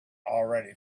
already